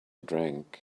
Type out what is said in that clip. drink